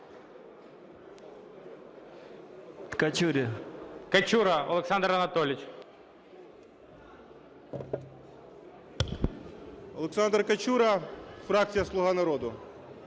Олександр Качура, фракція "Слуга народу".